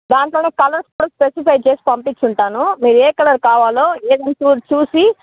దాంట్లోనే కలర్సు కూడా స్పెసిఫై చేసి పంపించి ఉంటాను మీరు ఏ కలర్ కావాలో ఏదని చూ చూసి